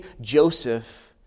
Joseph